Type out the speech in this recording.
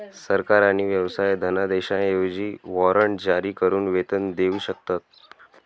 सरकार आणि व्यवसाय धनादेशांऐवजी वॉरंट जारी करून वेतन देऊ शकतात